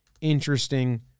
interesting